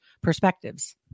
perspectives